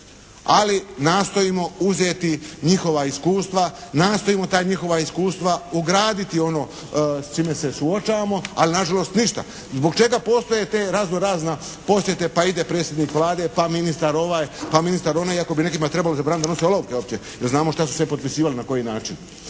ali nastojimo uzeti njihova iskustva, nastojimo ta njihova iskustva ugraditi ono s čime se suočavamo ali na žalost ništa. Zbog čega postoje te, razno razna posjete pa ide predsjednik Vlade, pa ministar ovaj, pa ministar onaj iako bi nekome trebalo zabraniti da nose olovke uopće, jer znamo što su sve potpisivali i na koji način.